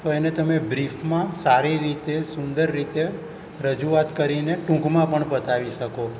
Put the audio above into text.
તો એને તમે બ્રીફમાં સારી રીતે સુંદર રીતે રજૂઆત કરીને ટૂંકમાં પણ પતાવી શકો